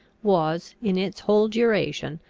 was, in its whole duration,